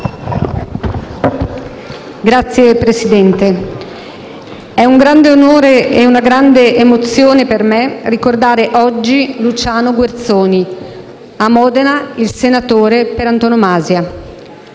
Signor Presidente, è un grande onore e una grande emozione per me ricordare oggi Luciano Guerzoni, a Modena "il senatore" per antonomasia.